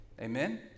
Amen